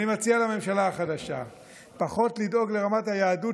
אני מציע לממשלה החדשה פחות לדאוג לרמת היהדות